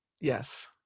Yes